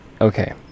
Okay